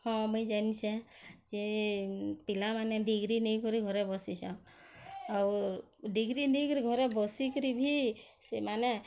ହଁ ମୁଇଁ ଜାନିଛେଁ ଯେ ପିଲାମାନେ ଡିଗ୍ରୀ ନେଇକରି ଘରେ ବସିଛନ୍ ଆଉ ଡିଗ୍ରୀ ନେଇକରି ଘରେ ବସିକରି ଭି ସେମାନେ